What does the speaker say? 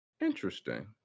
Interesting